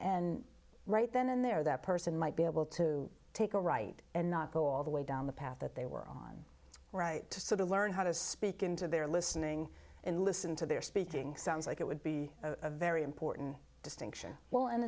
and right then and there that person might be able to take a right and not go all the way down the path that they were on right to sort of learn how to speak into their listening and listen to their speaking sounds like it would be a very important distinction well an